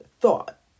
thought